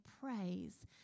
praise